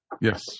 Yes